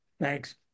thanks